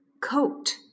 coat